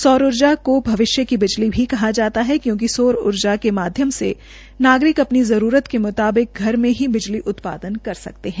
सौर ऊर्जा को भविष्य की बिजली भी कहा जाता हे क्योकि सौर ऊर्जा के माध्यम से नागरिक अपनी जरूरत के मुताबिक घर में ही बिजली उत्पादन कर सकते है